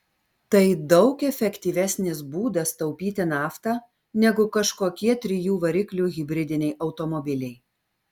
tai daug efektyvesnis būdas taupyti naftą negu kažkokie trijų variklių hibridiniai automobiliai